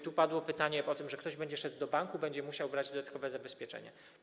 Tu padło pytanie dotyczące tego, że ktoś będzie szedł do banku, będzie musiał brać dodatkowe zabezpieczenie.